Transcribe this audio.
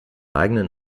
eigenen